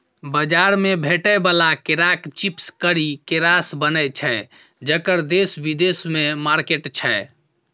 बजार मे भेटै बला केराक चिप्स करी केरासँ बनय छै जकर देश बिदेशमे मार्केट छै